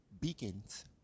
beacons